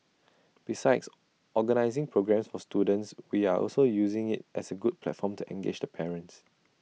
besides organising programmes for students we are also using IT as A good platform to engage the parents